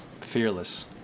fearless